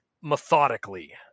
methodically